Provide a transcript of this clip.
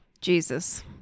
Jesus